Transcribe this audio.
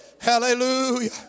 hallelujah